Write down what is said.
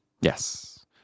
Yes